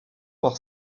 par